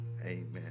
amen